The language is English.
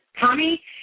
Tommy